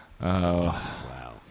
wow